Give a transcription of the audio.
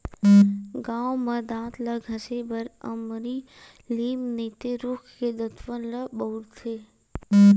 गाँव म दांत ल घसे बर बमरी, लीम नइते रूख के दतवन ल बउरथे